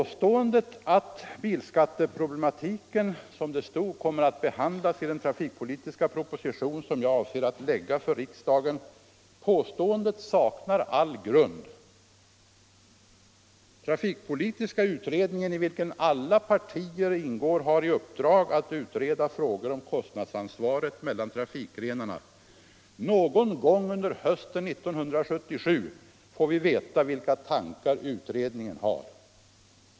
Påståendet att bilskatteproblematiken, som det stod, kommer att behandlas i den trafikpolitiska propositionen jag avser att lägga fram för riksdagen saknar all grund. Trafikpolitiska utredningen, i vilken alla partier ingår, har i uppdrag att utreda frågor om kostnadsansvaret mellan trafikgrenarna. Någon gång under hösten 1977 får vi veta vilka tankar utredningen har.